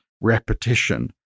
repetition